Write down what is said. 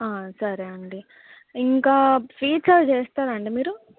సరే అండి ఇంకా స్వీట్స్ అవి చేస్తారాండి మీరు